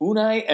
Unai